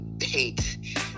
hate